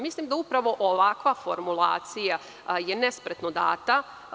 Mislim da upravo ovakva formulacija je nespretno data.